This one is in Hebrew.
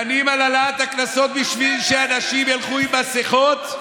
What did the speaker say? דנים על העלאת הקנסות בשביל שאנשים ילכו עם מסכות,